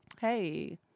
hey